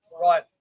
Right